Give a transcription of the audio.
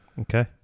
Okay